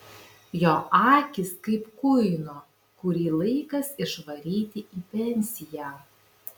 jo akys kaip kuino kurį laikas išvaryti į pensiją